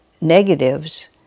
negatives